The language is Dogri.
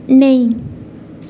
नेईं